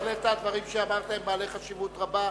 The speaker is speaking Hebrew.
בהחלט הדברים שאמרת הם בעלי חשיבות רבה.